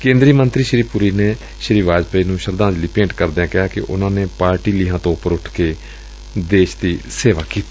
ਕੇਂਦਰੀ ਮੰਤਰੀ ਸ੍ਰੀ ਪੁਰੀ ਨੇ ਸ੍ਰੀ ਵਾਜਪਾਈ ਨੂੰ ਸ਼ਰਧਾਂਜਲੀ ਭੇਟ ਕਰਦਿਆਂ ਕਿਹਾ ਕਿ ਉਨੂਾਂ ਨੇ ਪਾਰਟੀ ਲੀਹਾਂ ਤੋਂ ਉਪਰ ਉੱਠ ਕੇ ਦੇਸ਼ ਦੀ ਸੇਵਾ ਕੀਤੀ